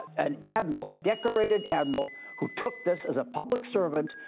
an admiral, a decorated admiral, who took this, as a public servant,